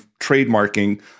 trademarking